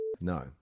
No